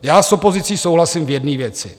Já s opozicí souhlasím v jedné věci.